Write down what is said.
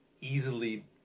easily